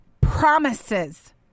promises